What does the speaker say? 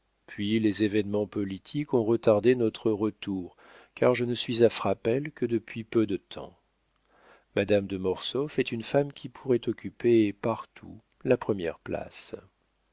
puis les événements politiques ont retardé notre retour car je ne suis à frapesle que depuis peu de temps madame de mortsauf est une femme qui pourrait occuper partout la première place